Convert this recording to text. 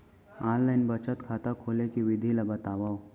Online बचत खाता खोले के विधि ला बतावव?